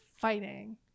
fighting